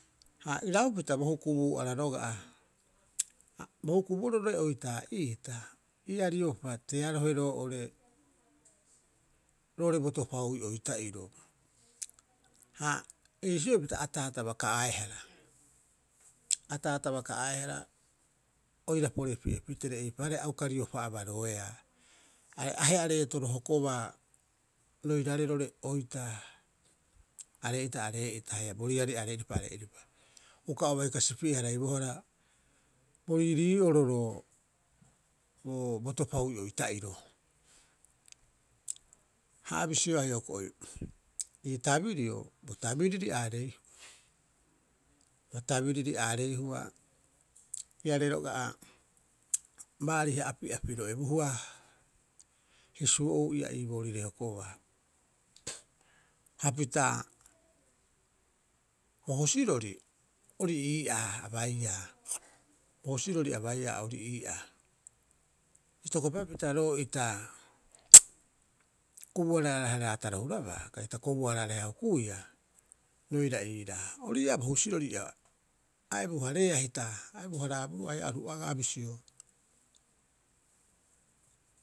Ha iraupita bo hukubuu'ara roga'a. Bo hukubuu'oro roo'ore oitaa'iita ia riopa tearohe roo'ore roo'ore bo topauui oita'iro. Ha iisioi pita taatabaka'aehara, a taatabaka'aaehara oira porepi'epitere eipaareha a uka riopa abaroea, are ahe'a reetoro hokobaa roiraarei roo'ore oitaa aree'ita aree'ita haia bo riari aree'iripa aree'iripa. Uka bai o kasipi'e- haraibohara bo riirii'oro roo roo bo topaui oita'iro. Ha a bisioea hioko'i, ii tabirio bo tabiriri aareihua, bo tabiriri aareihua, iaarei roga'a baariha api'apiro ebuhua hisuo'uu ia ii boorire hokobaa. Hapita bo husirori, ori ii'aa a baiia, bo husirori a baiia ori ii'aa. Itokopapita roo ita kobuaraareha raataro hurabaa kai ta kobuaraareha hukuia, roira iiraa. Ori 'iiaa bo husirori a ebuhareea hita, a ebu- haraaboroo haia oru agaa bisio.